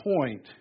point